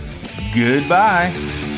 Goodbye